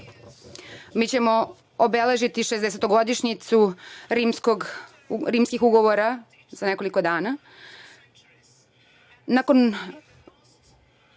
Mi ćemo obeležiti šesdesetogodišnjicu rimskih ugovora za nekoliko dana. Nakon